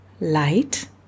light